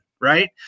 Right